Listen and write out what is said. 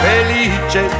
Felice